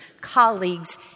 colleagues